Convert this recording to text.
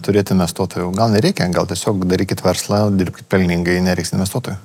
turėt investuotojų gal nereikia gal tiesiog darykit verslą dirbkit pelningai nereiks investuotojų